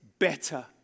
Better